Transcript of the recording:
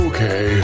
Okay